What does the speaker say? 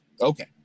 Okay